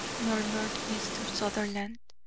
murmured mr. sutherland.